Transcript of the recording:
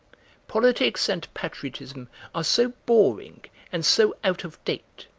politics and patriotism are so boring and so out of date,